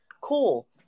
cool